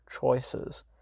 choices